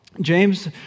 James